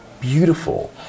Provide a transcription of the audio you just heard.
beautiful